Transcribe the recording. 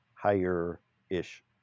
higher-ish